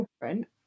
different